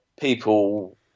people